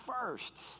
first